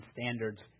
Standards